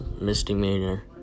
misdemeanor